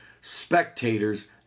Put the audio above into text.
spectators